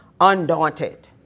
undaunted